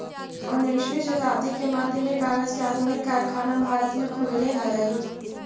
उन्नीसवीं शताब्दी के मध्य में कागज के आधुनिक कारखाना भारत में खुलले हलई